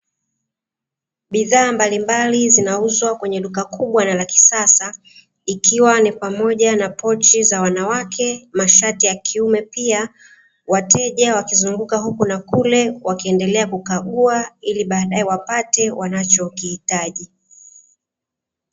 bidhaa mbalimbali zinauzwa kwenye duka kubwa na lakisasa ikiwa ni pamoja na pochi za wanawake mashati ya kiume pia, wateja wakizunguka huku na kule wakiendelea kukagua ili baadae wapate wanachokihitaji